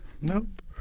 Nope